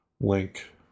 link